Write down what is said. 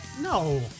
No